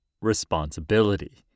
responsibility